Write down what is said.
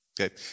Okay